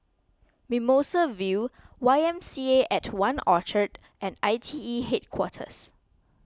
Mimosa View Y M C A at one Orchard and I T E Headquarters